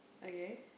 okay